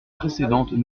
précédentes